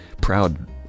proud